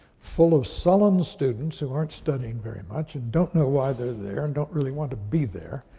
full of sullen students who aren't studying very much and don't know why they're there and don't really want to be there.